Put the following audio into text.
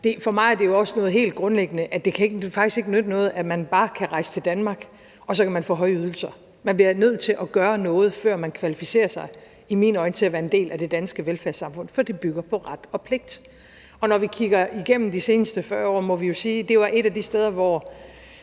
for mig er det jo også helt grundlæggende, at det faktisk ikke kan nytte noget, at man bare kan rejse til Danmark, og så kan man få høje ydelser. Man bliver nødt til at gøre noget, før man i mine øjne kvalificerer sig til at være en del af det danske velfærdssamfund, for det bygger på ret og pligt. Og når vi kigger tilbage på de sidste 40 år, må vi jo sige, at det var et af de steder, hvor